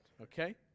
okay